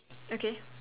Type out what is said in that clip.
okay